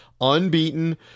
unbeaten